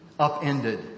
upended